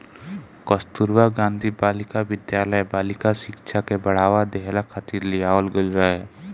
कस्तूरबा गांधी बालिका विद्यालय बालिका शिक्षा के बढ़ावा देहला खातिर लियावल गईल रहे